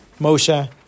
Moshe